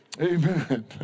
Amen